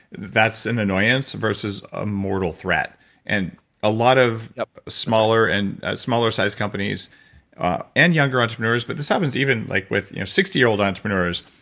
that's an annoyance versus a mortal threat and a lot of ah smaller and smaller size companies ah and younger entrepreneurs, but this happens even like with sixty year old entrepreneurs,